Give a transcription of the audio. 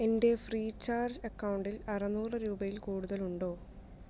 എൻ്റെ Freecharge അക്കൗണ്ടിൽ അറുന്നൂറു രൂപയിൽ കൂടുതൽ ഉണ്ടോ